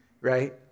right